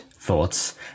thoughts